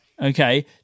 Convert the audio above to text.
okay